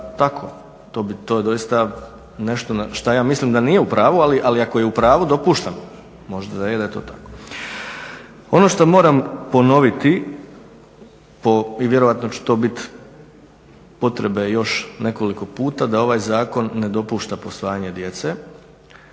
tako, to je doista nešto što ja mislim da nije u pravu ali ako je u pravu možda dopuštam da je to tako. Ono što moram ponoviti i vjerojatno će to biti potrebe još nekoliko puta da ovaj zakon ne dopušta posvojenje djece